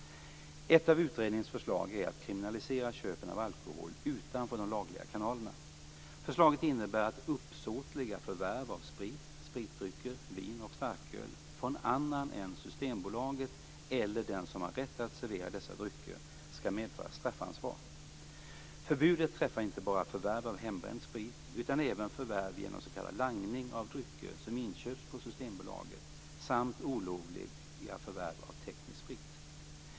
Ett av utredningens förslag är att kriminalisera köp av alkohol utanför de lagliga kanalerna. Förslaget innebär att uppsåtliga förvärv av sprit, spritdrycker, vin och starköl från annan än Systembolaget eller den som har rätt att servera dessa drycker skall medföra straffansvar. Förbudet träffar inte bara förvärv av hembränd sprit utan även förvärv genom s.k. langning av drycker som inköpts på Systembolaget samt olovliga förvärv av teknisk sprit.